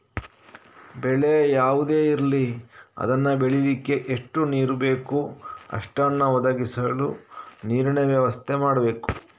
ಬೆಳೆ ಯಾವುದೇ ಇರ್ಲಿ ಅದನ್ನ ಬೆಳೀಲಿಕ್ಕೆ ಎಷ್ಟು ನೀರು ಬೇಕೋ ಅಷ್ಟನ್ನ ಒದಗಿಸಲು ನೀರಿನ ವ್ಯವಸ್ಥೆ ಮಾಡ್ಬೇಕು